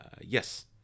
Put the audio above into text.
yes